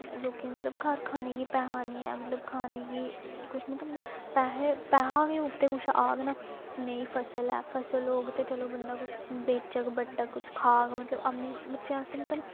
लोकें गी मतलब घर खाने गी पैहा ऐनी ऐ मतलब खाने गी कुछ मतलब पैहे पैहा गै होग ते कुछ आह्ग ना नेईं फसल ऐ फसल होग ते चलो बंदा कुछ बेचग बट्टग कुछ खाह्ग मतलब अपने बच्चें आस्तै मतलब